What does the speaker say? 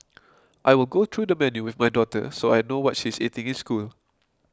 I will go through the menu with my daughter so I know what she is eating in school